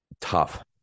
Tough